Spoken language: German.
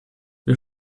wir